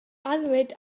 annwyd